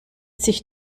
sich